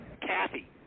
Kathy